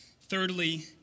Thirdly